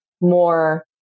more